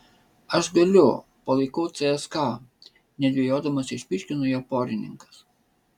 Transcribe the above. aš galiu palaikau cska nedvejodamas išpyškino jo porininkas